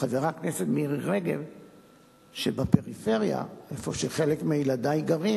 חברת הכנסת מירי רגב שבפריפריה, וחלק מילדי גרים